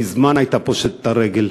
מזמן הייתה פושטת את הרגל.